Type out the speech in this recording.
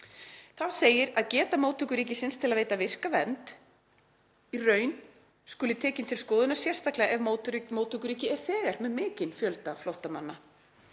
Þá segir að geta móttökuríkisins til að veita virka vernd í raun skuli tekin til skoðunar sérstaklega ef móttökuríkið er þegar með mikinn fjölda flóttamanna.